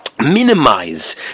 minimize